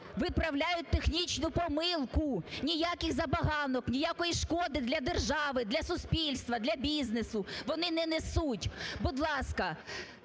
виправляють технічну помилку, ніяких забаганок, ніякої шкоди для держави, для суспільства, для бізнесу вони не несуть. Будь ласка,